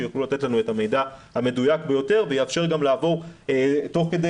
שיוכלו לתת לנו את המידע המדויק ביותר וזה יאפשר לנו גם תוך כדי